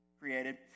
created